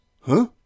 Huh